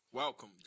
Welcome